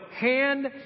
hand